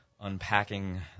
unpacking